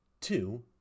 two